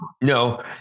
No